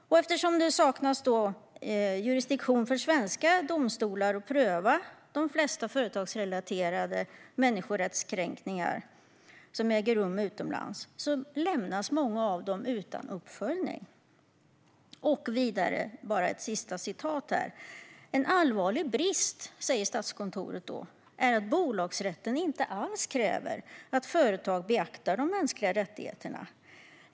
Eftersom det saknas jurisdiktion för svenska domstolar att pröva de flesta företagsrelaterade människorättskränkningar som äger rum utomlands lämnas många av dem utan uppföljning. Vidare skriver Statskontoret: "En allvarlig brist är att bolagsrätten inte alls kräver att företag beaktar de mänskliga rättigheterna.